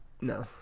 No